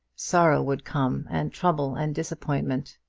sorrow would come, and trouble and disappointment.